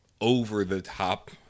over-the-top